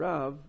Rav